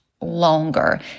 longer